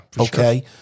Okay